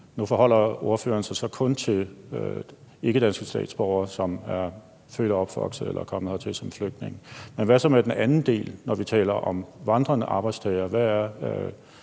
Nu forholder ordføreren sig så kun til ikkedanske statsborgere, som er født og opvokset her eller er kommet hertil som flygtninge. Men hvad så med den anden del, altså når vi taler om vandrende arbejdstagere?